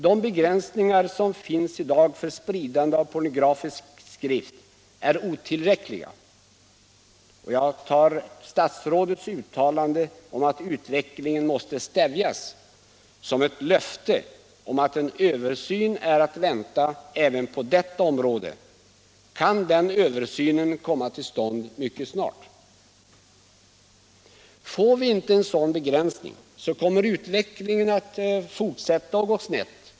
De begränsningar som finns i dag för spridande av pornografisk skrift är otillräckliga, och jag tar statsrådets uttalande om att utvecklingen måste stävjas som ett löfte om att en översyn är att vänta även på detta område. Kan den översynen komma till stånd mycket snart? 3 Får vi inte en sådan begränsning, kommer utvecklingen att gå snett.